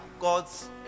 god's